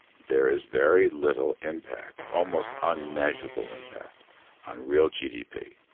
there is very little impact, almost unmeasurable impact on real gdp.